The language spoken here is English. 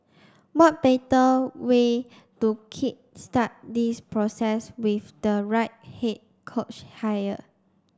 what better way to kick start this process with the right head coach hire